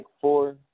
four